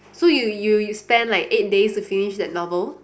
so you you you spend like eight days to finish that novel